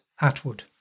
Atwood